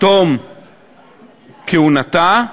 תום כהונתה.